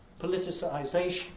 politicisation